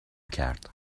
کرد